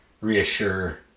reassure